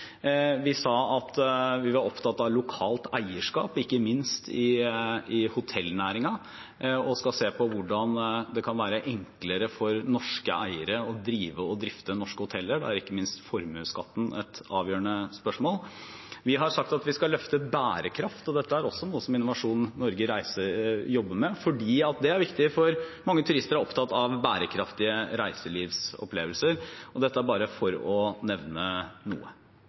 Vi sa at vi var opptatt av lokalt eierskap, ikke minst i hotellnæringen, og skal se på hvordan det kan være enklere for norske eiere å drive og drifte norske hoteller. Da er ikke minst formuesskatten et avgjørende spørsmål. Vi har sagt at vi skal løfte bærekraft, og dette er også noe som Innovasjon Norge Reiseliv jobber med. Det er viktig fordi mange turister er opptatt av bærekraftige reiselivsopplevelser. Dette er bare for å nevne noe.